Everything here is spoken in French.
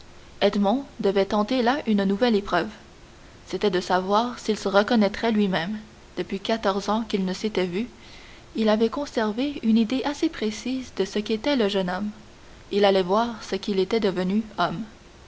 devait tenter là une nouvelle épreuve c'était de savoir s'il se reconnaîtrait lui-même depuis quatorze ans qu'il ne s'était vu il avait conservé une idée assez précise de ce qu'était le jeune homme il allait voir ce qu'il était devenu homme